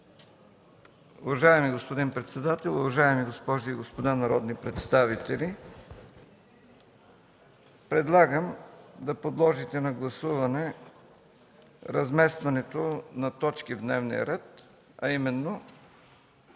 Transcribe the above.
Уважаеми господин председател, уважаеми госпожи и господа народни представители! Предлагам да подложите на гласуване разместването на точки в дневния ред, а именно т.